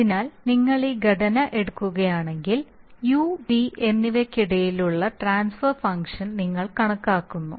അതിനാൽ നിങ്ങൾ ഈ ഘടന എടുക്കുകയാണെങ്കിൽ യു വി എന്നിവയ്ക്കിടയിലുള്ള ട്രാൻസ്ഫർ ഫംഗ്ഷൻ നിങ്ങൾ കണക്കാക്കുന്നു